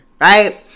Right